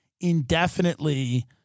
indefinitely